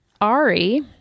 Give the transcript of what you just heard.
Ari